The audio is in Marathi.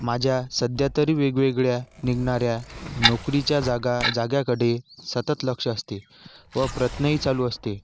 माझ्या सध्या तरी वेगवेगळ्या निघणाऱ्या नोकरीच्या जागा जागांकडे सतत लक्ष असते व प्रयत्नही चालू असते